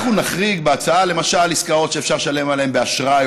אנחנו נחריג בהצעה למשל עסקאות שאפשר לשלם עליהן באשראי,